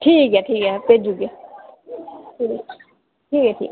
ठीक ऐ ठीक ऐ भेज्जी ओड़गे ठीक ठीक ऐ ठीक ऐ